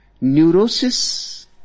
Neurosis